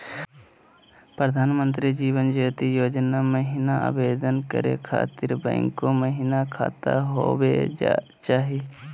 प्रधानमंत्री जीवन ज्योति योजना महिना आवेदन करै खातिर बैंको महिना खाता होवे चाही?